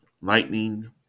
lightning